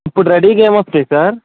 ఇప్పుడు రెడీగా ఏం వస్తయి సార్